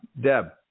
Deb